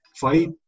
fight